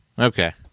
Okay